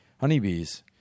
honeybees